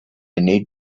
need